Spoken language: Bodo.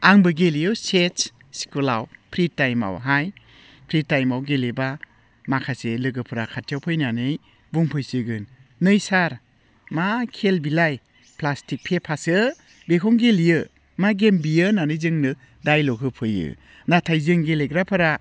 आंबो गेलेयो चेस स्कुलाव फ्रि टाइमआव हाय फ्रि टाइमआव गेलेबा माखासे लोगोफ्रा खाथियाव फैनानै बुंफैसिगोन नै सार मा खेल बेलाय प्लास्टिक पेपासो बेखौनो गेलेयो मा गेम बियो होन्नानै जोंनो दाइलग होफैयो नाथाय जों गेलेग्राफोरा